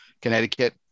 Connecticut